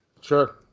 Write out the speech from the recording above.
Sure